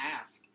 ask